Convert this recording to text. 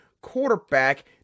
quarterback